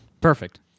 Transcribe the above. perfect